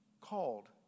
called